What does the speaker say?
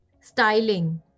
Styling